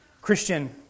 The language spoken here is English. Christian